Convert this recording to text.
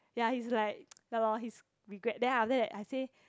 ya he's like ya lor he's regret then after that I say